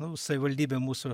nu savivaldybė mūsų